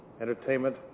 entertainment